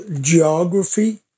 geography